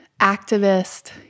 activist